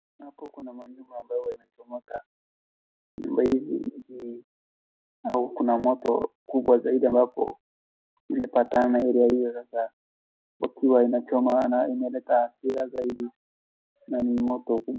Hapo kuna manyumba ambayo imechomeka. Nyumba hizi au kuna moto kubwa zaidi ambapo imepatana area hiyo sasa ikiwa inachomana inaleta hasira zaidi na moto huu.